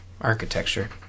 architecture